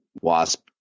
Wasp